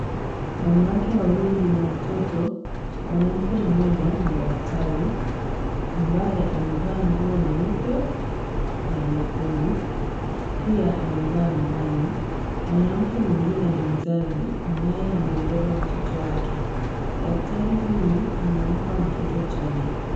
Wanawake wawili na mtoto, mwanamke mmoja ni daktari ambaye amevaa nguo nyeupe na nyekundu pia amevaa miwani mwanamke mwingine ni mzazi ambaye amebeba mtoto wake. Daktari huyu anampa mtoto chanjo.